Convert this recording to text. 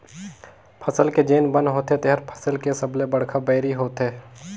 फसल के जेन बन होथे तेहर फसल के सबले बड़खा बैरी होथे